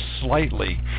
slightly